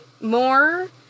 more